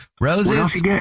Roses